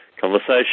conversation